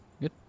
Good